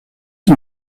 qui